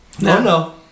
No